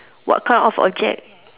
what kind of object